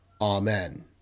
Amen